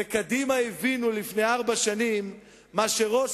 בקדימה הבינו לפני ארבע שנים את מה שראש